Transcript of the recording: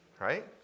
right